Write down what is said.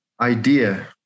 idea